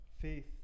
faith